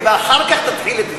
ואחר כך תתחיל,